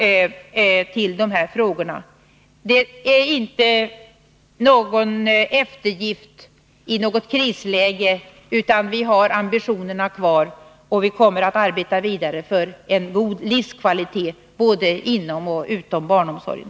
Det är nu inte fråga om en eftergift i ett krisläge, utan vi har kvar ambitionerna, och vi kommer att arbeta vidare för en god livskvalitet både inom och utom barnomsorgen.